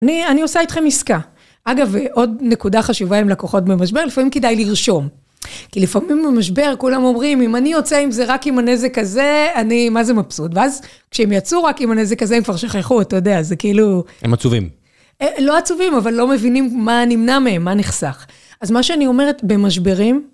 אני עושה איתכם עסקה. אגב, עוד נקודה חשובה עם לקוחות במשבר, לפעמים כדאי לרשום. כי לפעמים במשבר כולם אומרים, אם אני יוצא עם זה, רק עם הנזק הזה, אני, מה זה מבסוט. ואז כשהם יצאו רק עם הנזק הזה, הם כבר שכחו אותו, אתה יודע, זה כאילו... הם עצובים. לא עצובים, אבל לא מבינים מה נמנע מהם, מה נחסך. אז מה שאני אומרת במשברים...